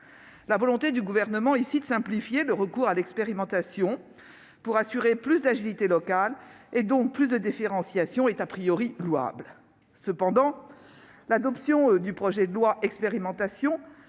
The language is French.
La volonté du Gouvernement de simplifier le recours à l'expérimentation pour assurer plus d'agilité locale, donc plus de différenciation, est louable. Cependant, l'adoption du projet de loi organique